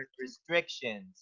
restrictions